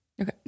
Okay